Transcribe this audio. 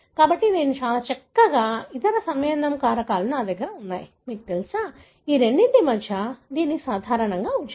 కాబట్టి నేను చాలా చక్కగా ఇతర సమ్మేళనం కారకాలు నా దగ్గర ఉన్నాయి మీకు తెలుసా ఈ రెండింటి మధ్య దీనిని సాధారణంగా ఉంచారు